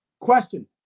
question